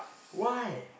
why